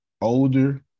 older